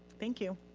thank you.